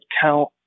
count